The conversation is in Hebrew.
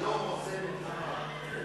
השלום עושה מלחמה.